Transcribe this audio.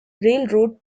railroad